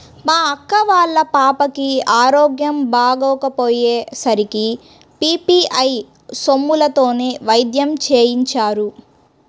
మా అక్క వాళ్ళ పాపకి ఆరోగ్యం బాగోకపొయ్యే సరికి పీ.పీ.ఐ సొమ్ములతోనే వైద్యం చేయించారు